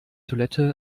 toilette